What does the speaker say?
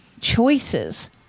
choices